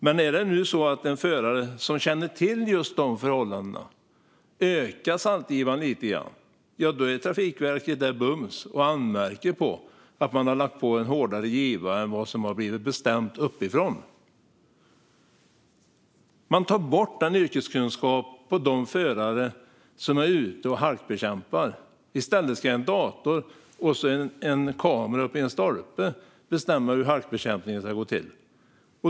Men om en förare som känner till just dessa förhållanden ökar saltgivaren lite i dag kommer Trafikverket bums och anmärker på att man har lagt på en hårdare "giva" än vad som har blivit bestämt uppifrån. Man tar bort yrkeskunskapen från de förare som är ute och halkbekämpar. I stället ska en dator och en kamera i en stolpe bestämma hur halkbekämpningen ska gå till.